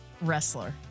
Wrestler